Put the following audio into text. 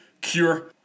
cure